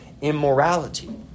immorality